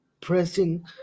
pressing